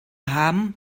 haben